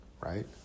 right